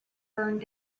burned